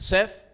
Seth